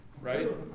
Right